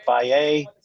FIA